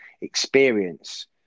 experience